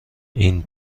این